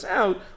out